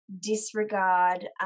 disregard